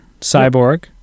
Cyborg